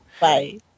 bye